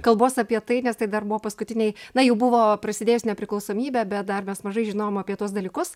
kalbos apie tai nes tai dar buvo paskutiniai na jau buvo prasidėjus nepriklausomybė bet dar mes mažai žinojom apie tuos dalykus